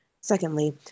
Secondly